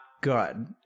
good